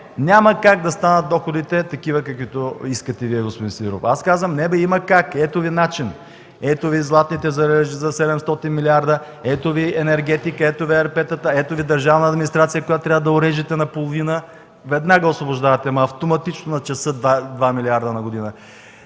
няма как да станат доходите такива, каквито искате Вие, господин Сидеров!” Аз казвам: „Не бе! Има как! Ето Ви начин!”. Ето Ви златните залежи за 700 милиарда! Ето Ви енергетика! Ето Ви ЕРП-та, ето Ви държавна администрация, която трябва да орежете наполовината. Веднага освобождавате, ама автоматично, на часа, 2 милиарда на година.